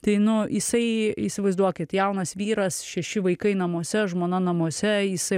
tai nu jisai įsivaizduokit jaunas vyras šeši vaikai namuose žmona namuose jisai